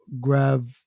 grab